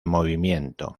movimiento